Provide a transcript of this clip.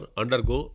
undergo